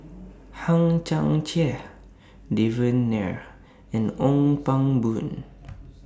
Hang Chang Chieh Devan Nair and Ong Pang Boon